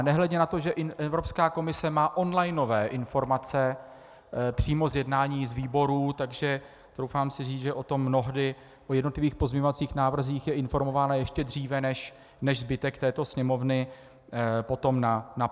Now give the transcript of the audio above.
Nehledě na to, že i Evropská komise má onlineové informace přímo z jednání z výborů, takže troufám si říct, že o tom mnohdy, o jednotlivých pozměňovacích návrzích, je informována ještě dříve než zbytek této Sněmovny potom na plénu.